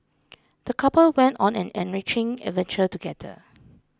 the couple went on an enriching adventure together